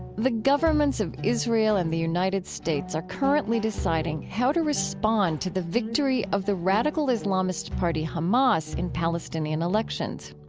the governments of israel and the united states are currently deciding how to respond to the victory of the radical islamist party hamas in palestinian elections.